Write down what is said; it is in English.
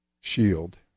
shield